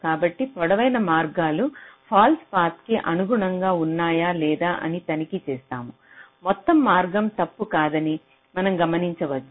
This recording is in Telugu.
కాబట్టి పొడవైన మార్గాలు ఫాల్స్ పాత్కి అనుగుణంగా ఉన్నాయా లేదా అని తనిఖీ చేస్తాము మొత్తం మార్గం తప్పు కాదని మనం గమనించవచ్చు